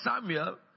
Samuel